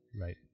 right